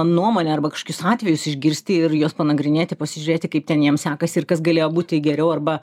nuomonę arba kažkokius atvejus išgirsti ir juos panagrinėti pasižiūrėti kaip ten jiem sekasi ir kas galėjo būti geriau arba